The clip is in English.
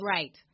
Right